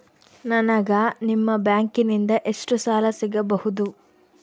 ನನಗ ನಿಮ್ಮ ಬ್ಯಾಂಕಿನಿಂದ ಎಷ್ಟು ಸಾಲ ಸಿಗಬಹುದು?